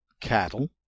cattle